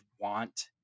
want